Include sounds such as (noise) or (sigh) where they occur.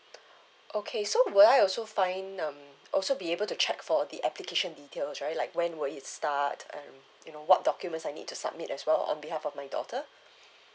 (noise) okay so will I also find um also be able to check for the application details right like when will it start and you know what documents I need to submit as well on behalf of my daughter (breath)